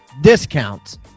discounts